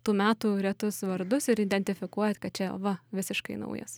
tų metų retus vardus ir identifikuojat kad čia va visiškai naujas